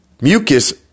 mucus